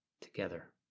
together